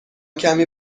کمی